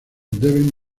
deben